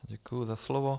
Děkuji za slovo.